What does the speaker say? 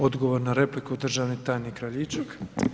Odgovor na repliku, državni tajnik Kraljičak.